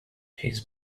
his